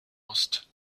ost